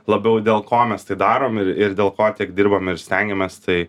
labiau dėl ko mes tai darom ir ir dėl ko tiek dirbam ir stengiamės tai